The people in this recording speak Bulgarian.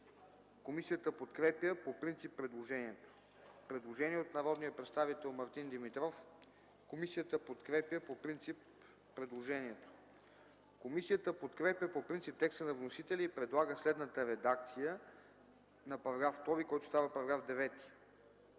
Комисията подкрепя по принцип предложението по т. 5 относно алинеи 12 и 13. Предложение от народния представител Мартин Димитров. Комисията подкрепя по принцип предложението. Комисията подкрепя по принцип текста на вносителя и предлага следната редакция на § 6, който става § 18: „§